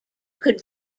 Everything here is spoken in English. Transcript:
could